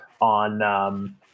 on